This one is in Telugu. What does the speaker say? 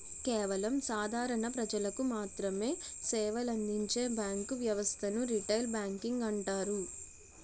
కేవలం సాధారణ ప్రజలకు మాత్రమె సేవలందించే బ్యాంకు వ్యవస్థను రిటైల్ బ్యాంకింగ్ అంటారు